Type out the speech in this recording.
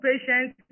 patients